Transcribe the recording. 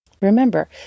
Remember